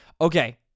Okay